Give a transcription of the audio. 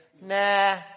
Nah